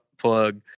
Plug